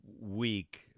week